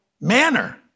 manner